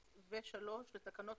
משרד החינוך נותן רישיונות מתוקף חוק.